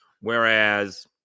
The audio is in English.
Whereas